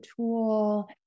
tool